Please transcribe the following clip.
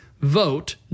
vote